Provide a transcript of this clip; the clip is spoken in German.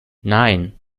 nein